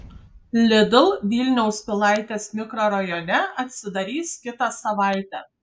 lidl vilniaus pilaitės mikrorajone atsidarys kitą savaitę